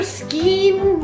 scheme